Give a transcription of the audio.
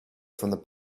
from